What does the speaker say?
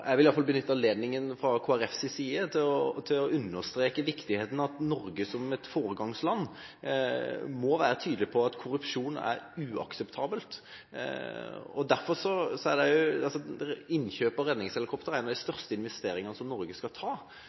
Jeg vil benytte anledninga fra Kristelig Folkepartis side til å understreke viktigheten av at Norge som et foregangsland må være tydelig på at korrupsjon er uakseptabelt. Innkjøp av redningshelikopter er en av de største investeringene som Norge skal